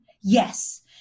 Yes